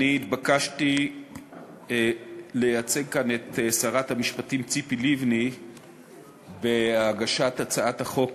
אני התבקשתי לייצג כאן את שרת המשפטים ציפי לבני בהגשת הצעת החוק